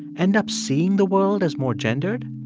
end up seeing the world as more gendered?